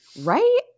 Right